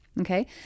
okay